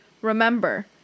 Remember